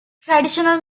traditional